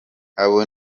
abo